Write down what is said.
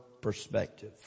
perspective